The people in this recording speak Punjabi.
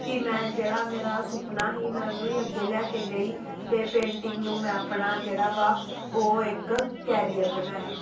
ਕਿ ਮੈਂ ਜਿਹੜਾ ਮੇਰਾ ਸੁਪਨਾ ਸੀ ਮੈਂ ਉਹਨੂੰ ਹੀ ਅੱਗੇ ਲੈ ਕੇ ਗਈ ਅਤੇ ਪੇਂਟਿੰਗ ਨੂੰ ਮੈਂ ਆਪਣਾ ਜਿਹੜਾ ਵਾ ਉਹ ਇੱਕ ਕੈਰੀਅਰ ਬਣਾਇਆ